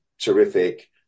terrific